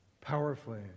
powerfully